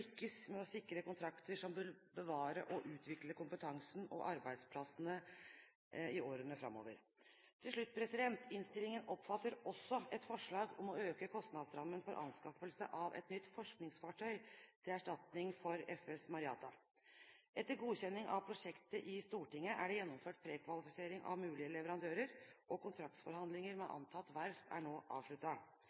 med å sikre kontrakter som vil bevare og utvikle kompetansen og arbeidsplassene i årene framover. Til slutt: Innstillingen omfatter også et forslag om å øke kostnadsrammen for anskaffelse av et nytt forskningsfartøy til erstatning for F/S «Marjata». Etter godkjenning av prosjektet i Stortinget er det gjennomført prekvalifisering av mulige leverandører, og kontraktsforhandlinger med antatt verft er nå